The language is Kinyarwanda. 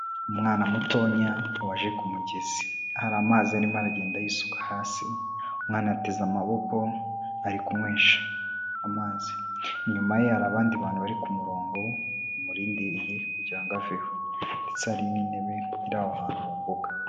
Umwana mutonya waje ku mugezi, hari amazi arimo aragenda yisuka hasi, umwana yateze amaboko ari kunywesha amazi, inyuma ye abandi bantu bari ku murongo bamurindiriye kugira ngo aveho ndetse hari n'intebe iri aho hantu mu mbuga.